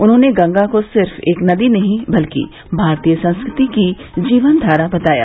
उन्होंने गंगा को सिर्फ एक नदी नहीं बल्कि भारतीय संस्कृति की जीवनधारा बताया